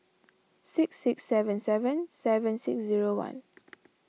six six seven seven seven six zero one